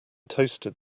toasted